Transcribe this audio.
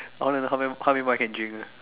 I want to know how many how many more I can drink ah